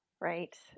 Right